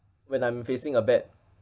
when I'm facing a bad